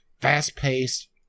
fast-paced